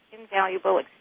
invaluable